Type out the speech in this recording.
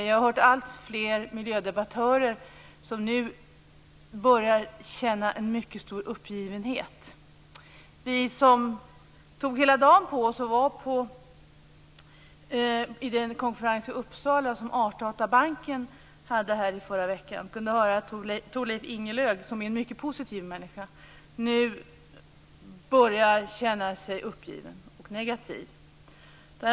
Jag har hört alltfler miljödebattörer som nu börjar känna en mycket stor uppgivenhet. Vi som tog hela dagen på oss och var på den konferens i Uppsala som Artdatabanken hade i förra veckan kunde höra hur Thorleif Ingelöf, som är en mycket positiv människa, nu börjar känna sig uppgiven och negativ.